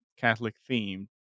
Catholic-themed